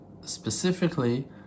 specifically